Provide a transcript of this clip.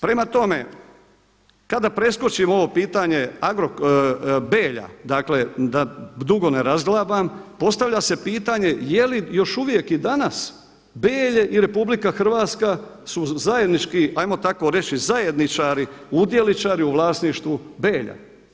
Prema tome, kada preskočim ovo pitanje Belja dakle da dugo ne razglabam, postavlja se pitanje jeli još uvijek i danas Belje i RH su zajednički, ajmo tako reći zajedničari udjeličari u vlasništvu Belja.